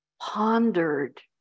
pondered